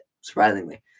Surprisingly